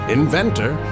inventor